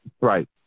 Right